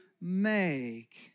make